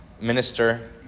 Minister